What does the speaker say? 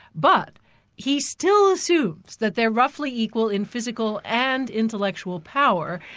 but he still assumes that they're roughly equal in physical and intellectual power,